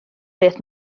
beth